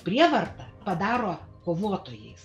prievarta padaro kovotojais